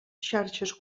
xarxes